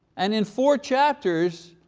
and in four chapters,